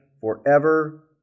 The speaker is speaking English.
forever